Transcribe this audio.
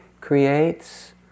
creates